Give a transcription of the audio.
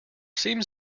seems